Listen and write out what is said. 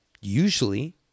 usually